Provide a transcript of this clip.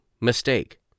mistake